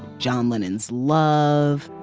john lennon's love.